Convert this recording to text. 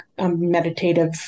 meditative